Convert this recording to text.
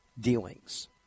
dealings